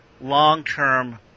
long-term